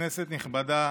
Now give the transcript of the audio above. כנסת נכבדה,